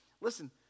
Listen